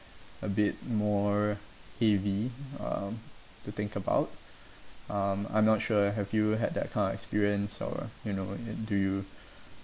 a bit more heavy um to think about um I'm not sure have you had that kind of experience or you know do you